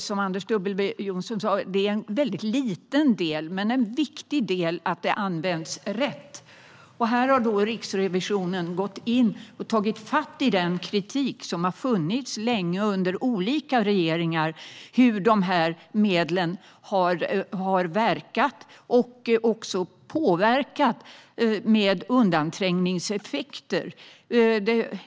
Som Anders W Jonsson sa är de en väldigt liten del, men det är viktigt att de används rätt. Här har Riksrevisionen gått in och tagit fatt i den kritik som har funnits länge under olika regeringar mot hur medlen har verkat och påverkat med undanträngningseffekter.